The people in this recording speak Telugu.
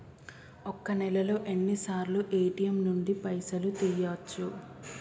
ఒక్క నెలలో ఎన్నిసార్లు ఏ.టి.ఎమ్ నుండి పైసలు తీయచ్చు?